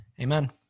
amen